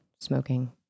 smoking